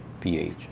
pH